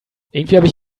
irgendwie